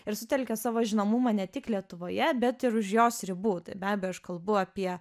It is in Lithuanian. ir sutelkė savo žinomumą ne tik lietuvoje bet ir už jos ribų tai be abejo aš kalbu apie